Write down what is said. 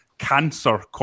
Cancer